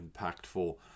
impactful